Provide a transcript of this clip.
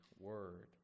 word